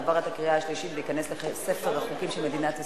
עבר בקריאה שלישית וייכנס לספר החוקים של מדינת ישראל.